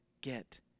get